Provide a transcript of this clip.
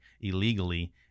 illegally